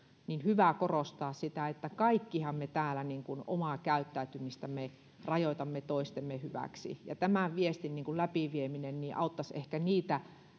on hyvä korostaa sitä että kaikkihan me täällä omaa käyttäytymistämme rajoitamme toistemme hyväksi tämän viestin läpivieminen auttaisi ehkä niitä